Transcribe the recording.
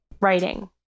writing